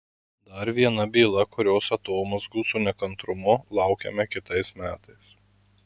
dar viena byla kurios atomazgų su nekantrumu laukiame kitais metais